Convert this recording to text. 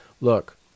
Look